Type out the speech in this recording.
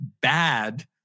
bad